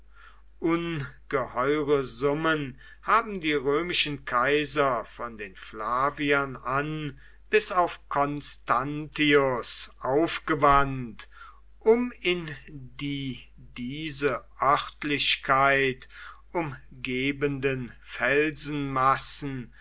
ungeheure summen haben die römischen kaiser von den flaviern an bis auf constantius aufgewandt um in die diese örtlichkeit umgebenden